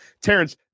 Terrence